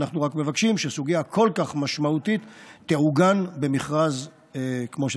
ואנחנו רק מבקשים שסוגיה כל כך משמעותית תעוגן במכרז כמו שצריך.